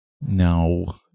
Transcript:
No